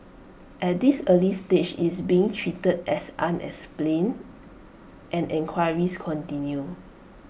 at this early stage it's being treated as unexplained and enquiries continue